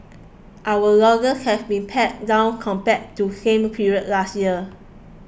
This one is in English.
our losses have been pared down compared to same period last year